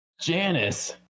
Janice